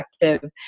effective